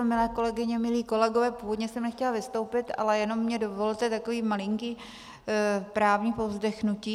Milé kolegyně, milí kolegové, původně jsem nechtěla vystoupit, ale jenom mi dovolte takové malinké právnické povzdechnutí.